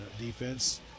Defense